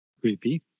creepy